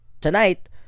Tonight